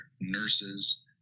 nurses